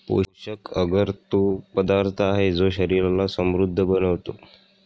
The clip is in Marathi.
पोषक अगर तो पदार्थ आहे, जो शरीराला समृद्ध बनवतो